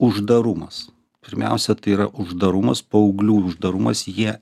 uždarumas pirmiausia tai yra uždarumas paauglių uždarumas jie